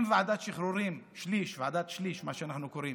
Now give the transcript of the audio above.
ואם ועדת השחרורים, ועדת שליש, מה שאנחנו קוראים,